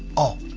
oh,